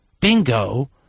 bingo